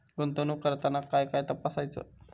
गुंतवणूक करताना काय काय तपासायच?